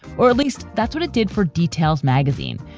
or at least that's what it did for details magazine,